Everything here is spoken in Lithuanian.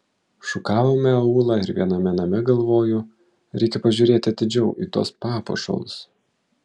šukavome aūlą ir viename name galvoju reikia pažiūrėti atidžiau į tuos papuošalus